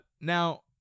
Now